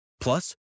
Plus